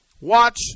Watch